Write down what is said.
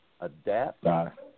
Adapt